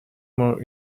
more